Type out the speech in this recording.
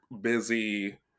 busy